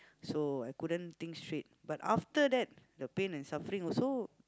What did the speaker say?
so I couldn't think straight but after that the pain and suffering also